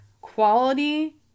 quality